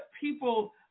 people